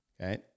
Okay